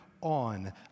on